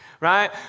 right